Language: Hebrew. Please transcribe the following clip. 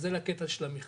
אז זה על הקטע של המכרז,